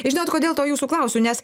žinot kodėl to jūsų klausiu nes